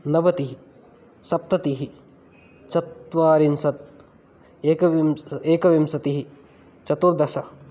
नवतिः सप्ततिः चत्वारिंशत् एकविं एकविंशतिः चतुर्दश